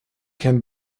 can